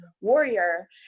warrior